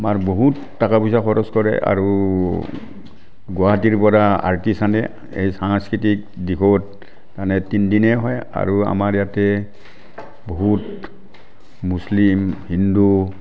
আমাৰ বহুত টকা পইচা খৰচ কৰে আৰু গুৱাহাটীৰ পৰা আৰ্টিষ্ট আনে এই সাংস্কৃতিক দিশত তাৰমানে তিনিদিনে হয় আৰু আমাৰ ইয়াতে বহুত মুছলিম হিন্দু